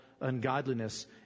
ungodliness